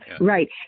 Right